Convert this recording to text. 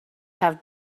have